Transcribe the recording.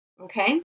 Okay